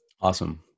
Awesome